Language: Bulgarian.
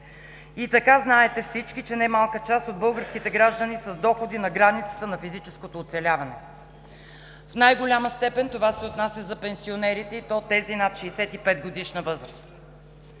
И така, знаете всички, че немалка част от българските граждани са с доходи на границата на физическото оцеляване. В най-голяма степен това се отнася за пенсионерите, и то тези над 65-годишна възраст.